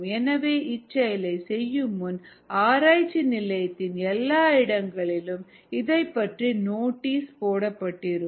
எனவே இச்செயலை செய்யும் முன் ஆராய்ச்சி நிலையத்தின் எல்லா இடங்களிலும் இதைப்பற்றிய நோட்டீஸ் போடப்பட்டிருக்கும்